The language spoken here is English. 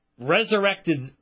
resurrected